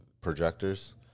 projectors